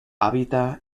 habita